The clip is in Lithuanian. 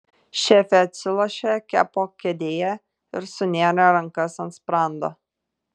šefė atsilošė kepo kėdėje ir sunėrė rankas ant sprando